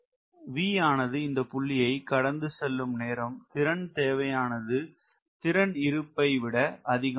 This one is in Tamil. V ஆனது இந்த புள்ளியை கடந்து செல்லும் நேரம் திறன் தேவையானது திறன் இருப்பை power available விட அதிகமாகும்